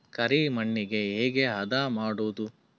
ಕರಿ ಮಣ್ಣಗೆ ಹೇಗೆ ಹದಾ ಮಾಡುದು?